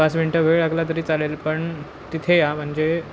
पाच मिनटं वेळ लागला तरी चालेल पण तिथे या म्हणजे